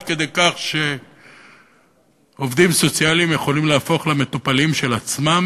עד כדי כך שעובדים סוציאליים יכולים להפוך למטופלים של עצמם,